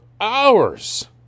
hours